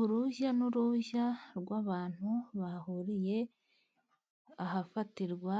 Urujya n'uruza rw'abantu bahuriye ahafatirwa